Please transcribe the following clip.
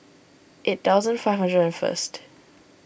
eight thousand five hundred and first